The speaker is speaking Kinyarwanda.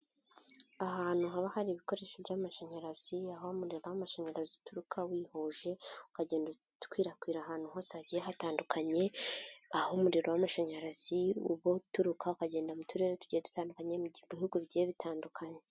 Ahantu haba hari ibikoresho by'amashanyarazi aho umuriro w'amashanyarazi uturuka wihuje ukagenda ukwirakwira ahantu hose hagiye hatandukanye, aho umuriro w'amashanyarazi ubu uturuka ukagenda mu turere tugenda dutandukanye bihugu bigiye bitandukanye.